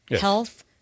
health